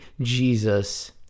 Jesus